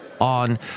on